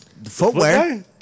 Footwear